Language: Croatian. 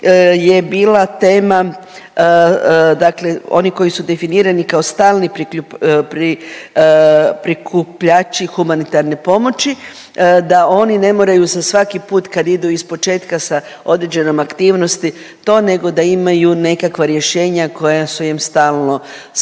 je bila tema, dakle oni koji su definirani kao stalni prikupljači humanitarne pomoći, da oni ne moraju za svaki put kad idu ispočetka sa određenom aktivnosti to, nego da imaju nekakva rješenja koja su im stalno